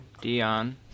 Dion